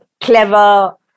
clever